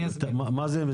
מה זה?